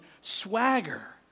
swagger